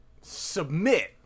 submit